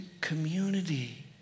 community